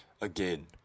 Again